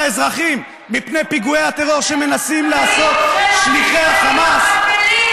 האזרחים מפני פיגועי הטרור שמנסים לעשות שליחי החמאס,